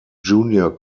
junior